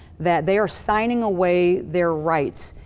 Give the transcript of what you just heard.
that they are signing away their rights,